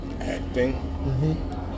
acting